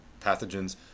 pathogens